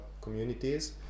communities